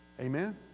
Amen